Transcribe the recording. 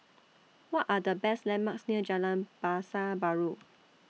What Are The Best landmarks near Jalan Pasar Baru